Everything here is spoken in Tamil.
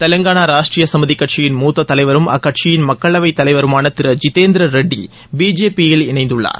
தெலங்கானா ராஷ்டீர சமிதி கட்சியின் மூத்த தலைவரும் அக்கட்சியின் மக்களவைத் தலைவருமான திரு ஜித்தேந்திர ரெட்டி பிஜேபி யில் இணைந்துள்ளார்